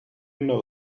know